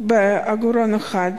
בעגורן אחד,